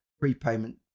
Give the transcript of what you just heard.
prepayment